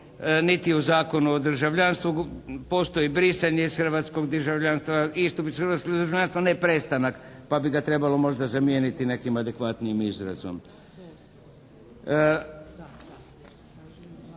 niti u Zakonu o državljanstvu. Postoji brisanje iz hrvatskog državljanstva, istup iz hrvatskog državljanstva, ne prestanak. Pa bi ga trebalo možda zamijeniti nekim adekvatnijim izrazom.